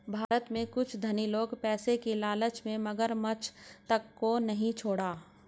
भारत में कुछ धनी लोग पैसे की लालच में मगरमच्छ तक को नहीं छोड़ा